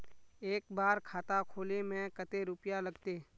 एक बार खाता खोले में कते रुपया लगते?